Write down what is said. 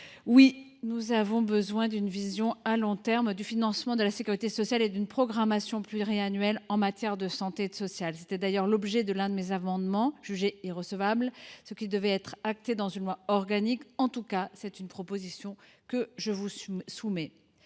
Oui, nous avons besoin d’une vision à long terme du financement de la sécurité sociale et d’une programmation pluriannuelle en matière de santé et de social. C’était d’ailleurs l’objet de l’un de mes amendements – jugé irrecevable –, ce qui devrait être acté dans une loi organique. En tout cas, c’est une proposition que je vous soumets.